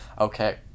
okay